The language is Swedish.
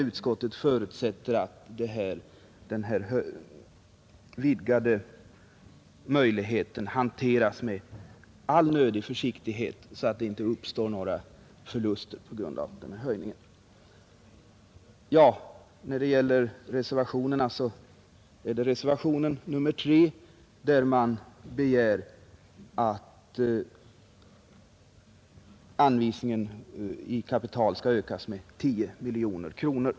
Utskottet förutsätter dock att den vidgade möjligheten hanteras med all nödig försiktighet. I reservationen nr 3 begär man att anslaget skall räknas upp med 10 miljoner kronor.